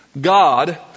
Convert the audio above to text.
God